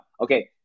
Okay